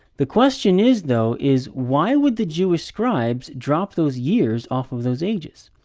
the question is, though, is why would the jewish scribes drop those years off of those ages?